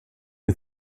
you